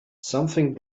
something